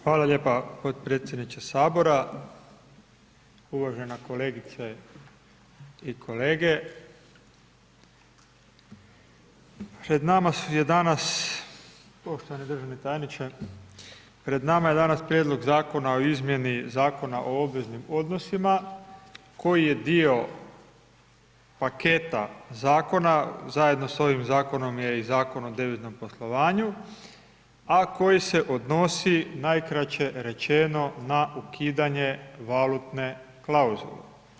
Hvala lijepa potpredsjedniče sabora, uvažena kolegice i kolege, pred nama je danas, poštovani državni tajniče, pred nama je danas prijedlog Zakona o izmjeni Zakona o obveznim odnosima koji je dio paketa zakona zajedno sa ovim zakonom je i Zakon o deviznom poslovanju, a koji se odnosi najkraće rečeno na ukidanje valutne klauzule.